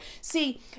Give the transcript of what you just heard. See